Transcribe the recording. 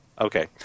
Okay